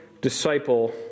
disciple